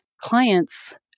clients